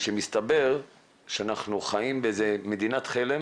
שמסתבר שאנחנו חיים באיזו מדינת חלם